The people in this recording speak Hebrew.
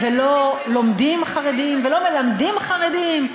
לא לומדים חרדים ולא מלמדים חרדים,